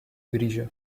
brillo